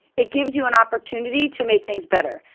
it gives you an opportunity to make things better.